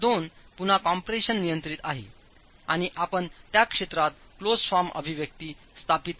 क्षेत्र 2 पुन्हा कॉम्प्रेशन नियंत्रित आहे आणि आपणत्या क्षेत्रातक्लोजड फॉर्म अभिव्यक्ती स्थापित करू शकता